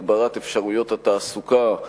הגברת אפשרויות התעסוקה,